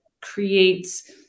creates